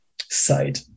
side